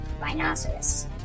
Rhinoceros